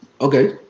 Okay